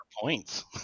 points